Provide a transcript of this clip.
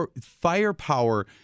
firepower